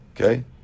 Okay